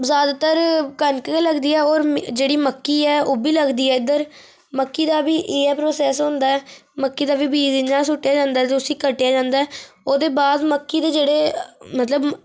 ज्यादातर कनक के लगदी ऐ और जेह्ड़ी मक्की ऐ ओह्बी लगदी ऐ इद्धर मक्की दा बी इ'यै प्रोसेस होंदा मक्की दा बी बीज इ'यां सुट्टेआ जंदा ते उसी कट्टेआ जंदा ओह्दे बाद मक्की दे जेह्ड़े मतलब